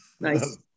nice